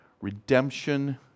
redemption